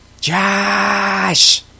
Josh